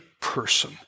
person